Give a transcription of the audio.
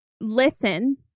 listen